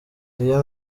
iyo